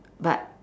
but